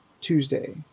Tuesday